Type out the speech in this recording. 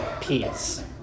peace